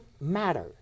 matter